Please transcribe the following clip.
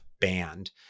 band